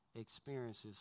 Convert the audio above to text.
experiences